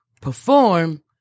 perform